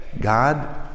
God